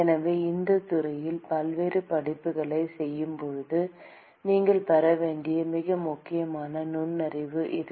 எனவே இந்தத் துறையில் பல்வேறு படிப்புகளைச் செய்யும்போது நீங்கள் பெற வேண்டிய மிக முக்கியமான நுண்ணறிவு இது